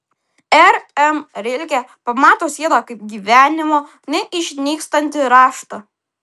r m rilke pamato sieną kaip gyvenimo neišnykstantį raštą